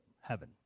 heaven